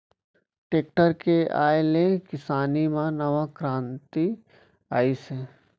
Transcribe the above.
tractor के आए ले किसानी म नवा करांति आइस हे